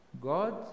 God